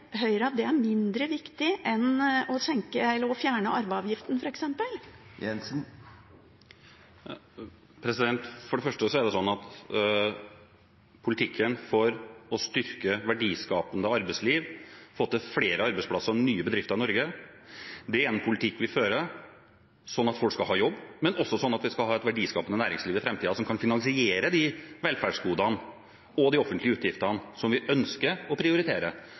Høyre at det er mindre viktig enn å fjerne arveavgiften, f.eks.? For det første er det slik at politikken for å styrke verdiskapende arbeidsliv, få til flere arbeidsplasser og nye bedrifter i Norge er en politikk vi fører slik at folk skal ha jobb, men også slik at vi skal ha et verdiskapende næringsliv i framtiden som kan finansiere de velferdsgodene og de offentlige utgiftene som vi ønsker å prioritere